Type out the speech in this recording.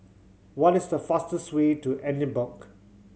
what is the fastest way to Edinburgh